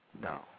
No